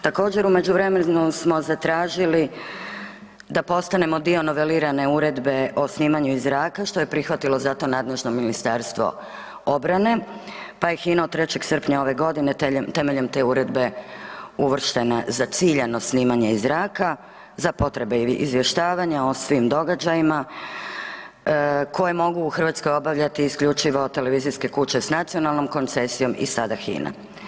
Također, u međuvremenu smo zatražili da postanemo dio novelirane Uredbe o snimanju iz zraka, što je prihvatilo za to nadležno Ministarstvo obrane, pa je HINA od 3. srpnja ove godine temeljem te Uredbe uvrštena za ciljano snimanje iz zraka za potrebe izvještavanja o svim događajima koje mogu u Hrvatskoj obavljati isključivo televizijske kuće s nacionalnom koncesijom i sada HINA.